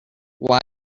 why